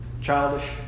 childish